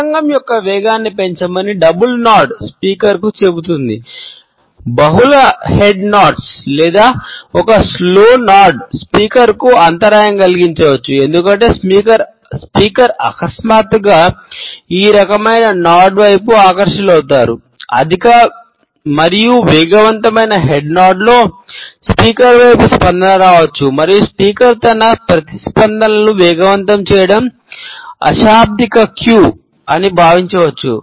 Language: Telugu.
ప్రసంగం యొక్క వేగాన్ని పెంచమని డబుల్ నోడ్ అని భావించవచ్చు